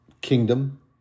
kingdom